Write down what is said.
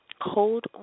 Hold